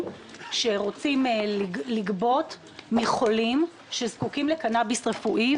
שרוצים לגבות מחולים שזקוקים לקנאביס רפואי.